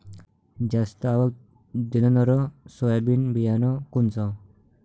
जास्त आवक देणनरं सोयाबीन बियानं कोनचं?